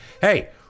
Hey